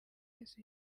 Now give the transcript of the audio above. yesu